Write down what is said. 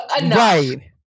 right